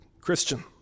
Christian